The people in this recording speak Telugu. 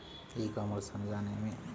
ఈ కామర్స్ అనగా నేమి?